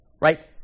right